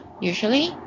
usually